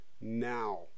now